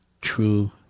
true